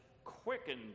quickened